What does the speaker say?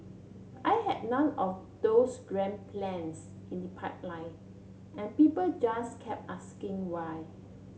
I had none of those grand plans in the pipeline and people just kept asking why